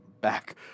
back